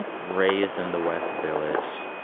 raised in the west village.